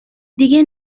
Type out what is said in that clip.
دیگه